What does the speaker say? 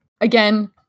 again